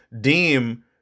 deem